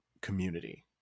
community